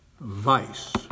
vice